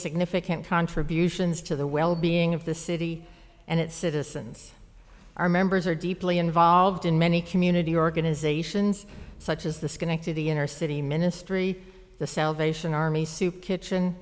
significant contributions to the well being of the city and its citizens our members are deeply involved in many community organizations such as the schenectady inner city ministry the salvation army soup kitchen